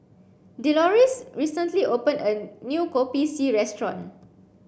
Deloris recently opened a new Kopi C restaurant